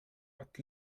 but